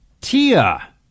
Tia